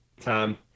time